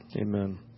Amen